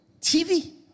TV